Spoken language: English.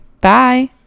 Bye